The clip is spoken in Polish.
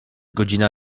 godzina